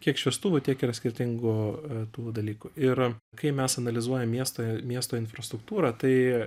kiek šviestuvų tiek yra skirtingų tų dalykų ir kai mes analizuojam miestą miesto infrastruktūrą tai